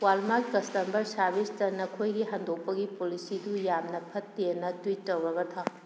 Walmart customer ꯁꯥꯔꯚꯤꯁꯇ ꯅꯈꯣꯏꯒꯤ ꯍꯟꯗꯣꯛꯄꯒꯤ ꯄꯣꯂꯤꯁꯤꯗꯨ ꯌꯥꯝꯅ ꯐꯠꯇꯦꯅ ꯇ꯭ꯋꯨꯠ ꯇꯧꯔꯒ ꯊꯥꯎ